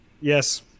Yes